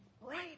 right